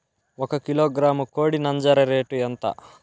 ఒక కిలోగ్రాము కోడి నంజర రేటు ఎంత?